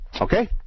Okay